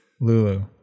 Lulu